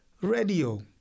Radio